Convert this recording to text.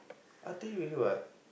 I tell you already what